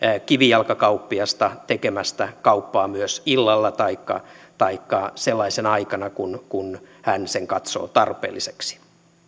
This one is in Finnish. kivijalkakauppiasta tekemästä kauppaa myös illalla taikka taikka sellaisena aikana kun kun hän sen katsoo tarpeelliseksi